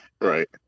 Right